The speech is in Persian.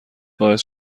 باعث